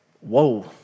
whoa